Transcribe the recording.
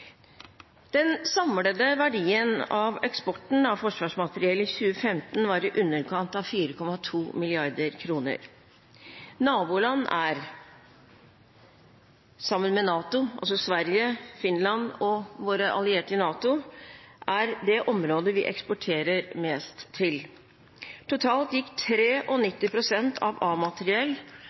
Den samlede verdien av eksporten av forsvarsmateriell i 2015 var i underkant av 4,2 mrd. kr. Naboland som Sverige og Finland er, sammen med våre allierte i NATO, det området vi eksporterer mest til. Totalt gikk 93 pst. av